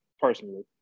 personally